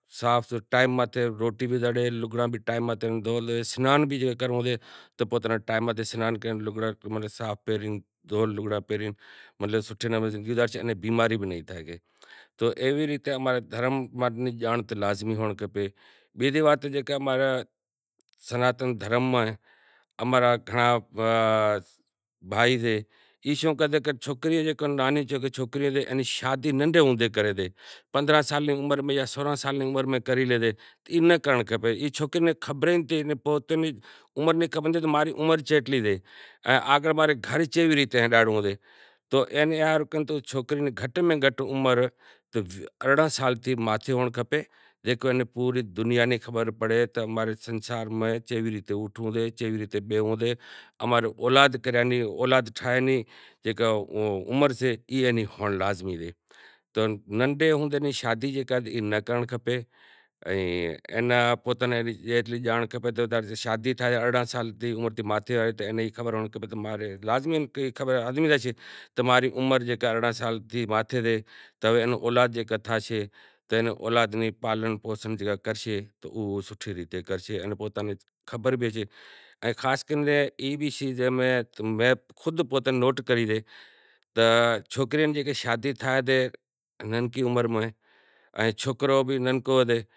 ایوی ریت اماں نے دھرم نی جانڑ تو لازمی ہوئنڑ کھپے پہلی وات کہ اماں را سناتن دھرم ماں اہیں اماں را گھنڑا بھائی سے ای شوں کریں نانہی شوکریوں لئی شادی ننڈھے ہوندے کرائیں سیں۔ پندرانہں سال نی عمر میں یا سوراینہں سال نی عمر میں کریں سے تو وساریاں نیں ای بھی خبر ناں سے کہ تماں نی عمر کتلی شے تو گھٹ ماں گھٹ ارڑانہں سال تھیں ماتھے ہوئینڑ کھپے کہ پورے سنسار نی بھی ایناں خبر پڑے کہ چیوی ریت اوٹھنڑو سے چیوی ریت بیہنڑو سے اماں رو اولاد ٹھائیے نیں جیکا عمر سےاہا ہوئنڑ لازمی سے تو ننڈھے ہوندے نی شادی کرانڑ ناں کھپے ایناں پوتاں نیں خبر ہوئنڑ کھپے کہ شادی نی عمر ارڑینہں سال تھیں ماتھے ہوئنڑ کھپے۔